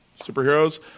superheroes